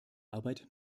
arbeit